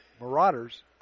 Marauders